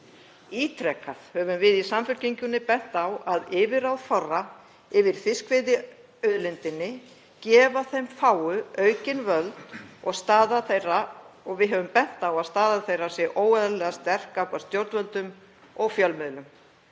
Ítrekað höfum við í Samfylkingunni bent á að yfirráð fárra yfir fiskveiðiauðlindinni gefi þeim fáu aukin völd og við höfum bent á að staða þeirra sé óeðlilega sterk gagnvart stjórnvöldum og fjölmiðlum.